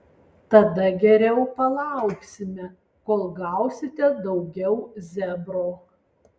tada geriau palauksime kol gausite daugiau zebro